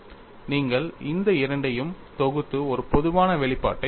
நீங்கள் இந்த இரண்டையும் தொகுத்து ஒரு பொதுவான வெளிப்பாட்டைப் பெறலாம்